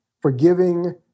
Forgiving